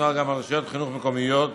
נוער גם על רשויות חינוך מקומיות קטנות,